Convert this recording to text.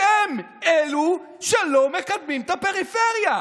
אתם אלו שלא מקדמים את הפריפריה.